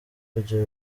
kugira